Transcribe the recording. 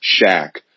Shaq